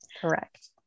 Correct